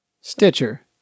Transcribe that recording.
Stitcher